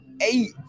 eight